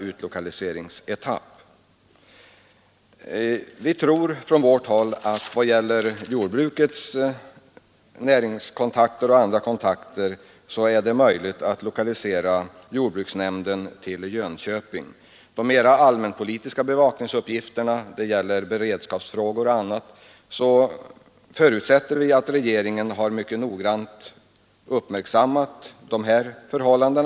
För centerns vidkommande får jag göra deklarationen att i vad gäller jordbrukets näringskontakter bör det vara möjligt att lokalisera jordbruksnämnden till Jönköping. Beträffande de mera allmänpolitiska bevakningsuppgifterna, t.ex. beredskapsfrågor och annat, där staten har ett stort ansvar, förutsätter vi att regeringen mycket noggrant har uppmärksammat dessa förhållanden.